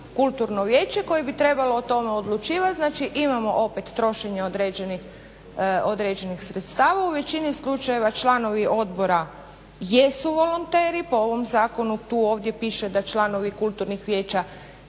kulturno vijeće koje bi trebalo o tome odlučivat, znači imamo opet trošenje određenih sredstava, u većini slučajeva članovi odbora jesu volonteri po ovom zakonu tu ovdje pište da članovi kulturnih vijeća